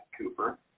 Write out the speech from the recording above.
Cooper